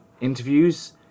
interviews